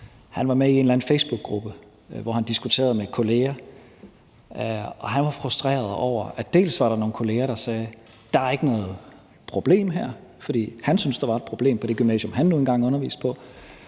en eller anden facebookgruppe, hvor han diskuterede med kolleger, og han var frustreret over, at der dels var nogle kolleger, der sagde, at der ikke er noget problem her, for han syntes, at der var et problem på det gymnasium, han nu engang underviste på,